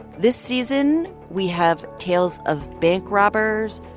this season, we have tales of bank robbers,